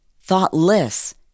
thoughtless